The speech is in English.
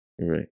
Right